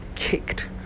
kicked